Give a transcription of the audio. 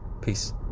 Peace